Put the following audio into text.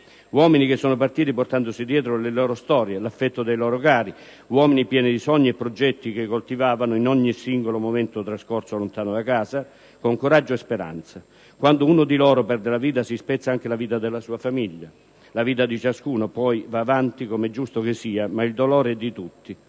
Uomini che sono partiti portandosi dietro le loro storie, l'affetto dei loro cari, uomini pieni di sogni e progetti, che coltivavano in ogni singolo momento trascorso lontano da casa, con coraggio e speranza. Quando uno di loro perde la vita, si spezza anche la vita della sua famiglia. La vita di ciascuno, poi, va avanti, come è giusto che sia, ma il dolore è di tutti.